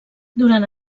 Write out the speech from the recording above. durant